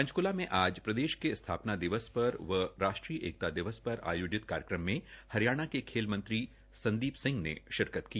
पंचक्ला में आज प्रदेश के स्थापना दिवस व राष्ट्रीय एकता दिवस पर आयोजित कार्यक्रम में हरियाणा के खेल मंत्री संदीप सिंह ने शिरकत की